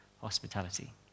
hospitality